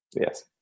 yes